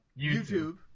YouTube